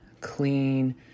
clean